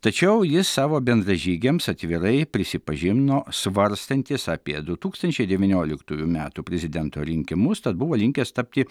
tačiau jis savo bendražygiams atvirai prisipažino svarstantis apie du tūkstančiai devynioliktųjų metų prezidento rinkimus tad buvo linkęs tapti